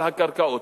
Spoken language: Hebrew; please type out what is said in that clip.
על הקרקעות.